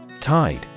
Tide